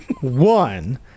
One